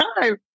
time